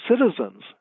citizens